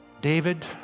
David